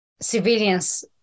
civilians